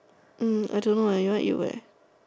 mm I don't know eh you want to eat where